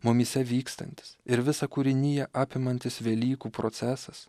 mumyse vykstantis ir visą kūriniją apimantis velykų procesas